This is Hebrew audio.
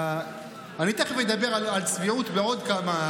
אני תכף אדבר על צביעות מעוד כמה